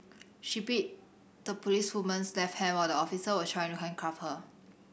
she bit the policewoman's left hand while the officer was trying to handcuff her